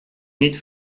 niet